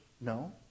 No